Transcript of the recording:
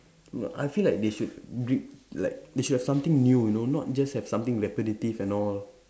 ya I feel like they should br like they should have something new you know not just have something repetitive and all